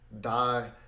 die